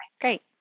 Great